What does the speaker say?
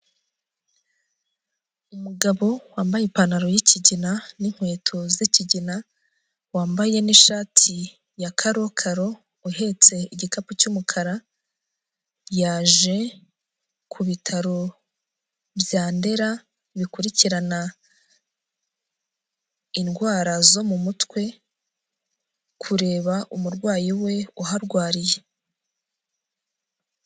Umugabo wambaye ipantaro y'ikigina n'inkweto z'ikigina wambaye n'ishati ya karokaro, uhetse igikapu cy'umukara yaje ku bitaro bya Ndera bikurikirana indwara zo mu mutwe kureba umurwayi we uharwariye.